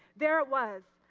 there it was.